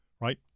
right